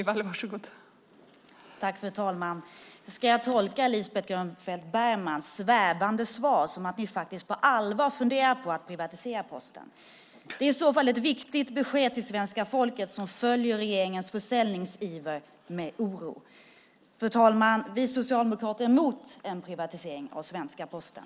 Fru talman! Ska jag tolka Lisbeth Grönfeldt Bergmans svävande svar som att ni faktiskt på allvar funderar på att privatisera Posten? Det är i så fall ett viktigt besked till svenska folket som följer regeringens försäljningsiver med oro. Fru talman! Vi socialdemokrater är emot en privatisering av svenska Posten.